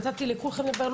נתתי לכולכם לדבר,